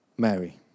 Mary